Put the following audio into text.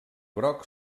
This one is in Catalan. groc